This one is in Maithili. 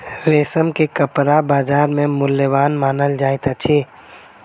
रेशम के कपड़ा बजार में मूल्यवान मानल जाइत अछि